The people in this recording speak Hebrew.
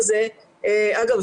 אגב,